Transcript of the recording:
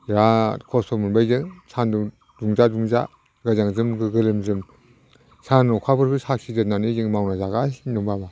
बिराद खस्थ' मोनबाय जों सान्दुं दुंजा दुंजा गोजांजों गोलोमजों सान आखाफोरखौ साखि दोननानै जों मावनानै जागासिनो दं बाबा